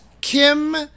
Kim